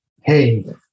hey